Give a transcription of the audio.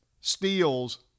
steals